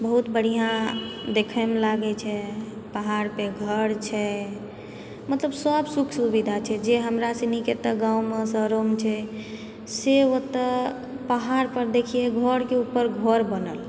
बहुत बढ़िआँ देखैमे लागै छै पहाड़पर घर छै मतलब सब सुख सुविधा छै जे हमरासँ नीक एतऽ गाँवमे शहरोमे छै से ओतऽ पहाड़पर देखिए घरके ऊपर घर बनल